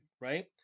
right